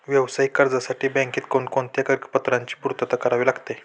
व्यावसायिक कर्जासाठी बँकेत कोणकोणत्या कागदपत्रांची पूर्तता करावी लागते?